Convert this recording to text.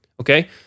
okay